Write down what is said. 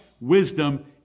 wisdom